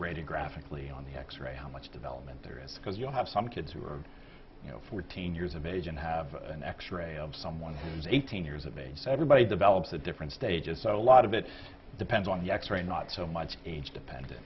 ready graphically on the x ray how much development there is because you have some kids who are you know fourteen years of age and have an x ray of someone who's eighteen years of age said her body develops a different stages a lot of it depends on the x ray not so much age depend